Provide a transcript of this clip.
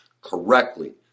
correctly